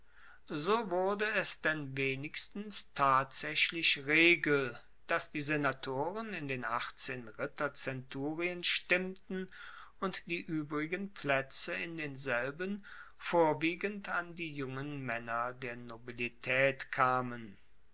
so wurde es denn wenigstens tatsaechlich regel dass die senatoren in den achtzehn ritterzenturien stimmten und die uebrigen plaetze in denselben vorwiegend an die jungen maenner der nobilitaet kamen